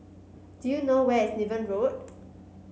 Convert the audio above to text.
do you know where is Niven Road